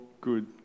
good